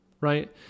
right